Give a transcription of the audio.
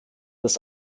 das